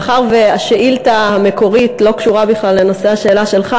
מאחר שהשאילתה המקורית לא קשורה בכלל לנושא השאלה שלך,